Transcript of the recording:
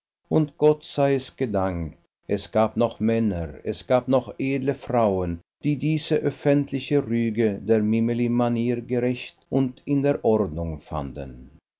und gott sei es gedankt es gab noch männer es gab noch edle frauen die diese öffentliche rüge der mimili manier gerecht und in der ordnung fanden